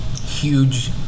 huge